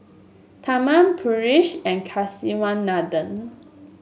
Tharman Peyush and Kasiviswanathan